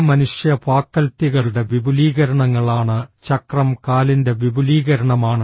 ചില മനുഷ്യ ഫാക്കൽറ്റികളുടെ വിപുലീകരണങ്ങളാണ് ചക്രം കാലിന്റെ വിപുലീകരണമാണ്